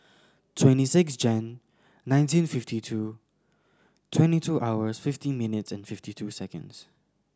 twenty six Jan nineteen fifty two twenty two hours fifty minutes and fifty two seconds